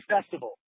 Festival